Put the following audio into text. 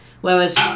whereas